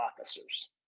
officers